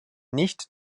nicht